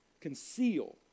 conceal